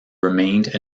remained